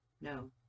No